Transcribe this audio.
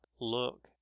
look